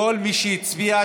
כל מי שהצביע,